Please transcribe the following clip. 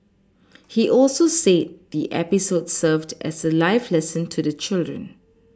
he also said the episode served as a life lesson to the children